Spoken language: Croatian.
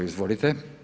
Izvolite.